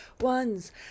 ones